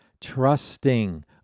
trusting